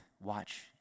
watch